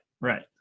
right